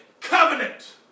covenant